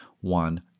one